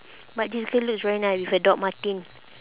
but this girl looks very nice with her Dr. Martens